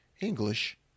English